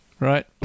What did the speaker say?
Right